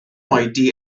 oedi